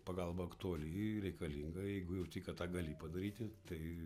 pagalba aktuali reikalinga jeigu jauti kad tą gali padaryti tai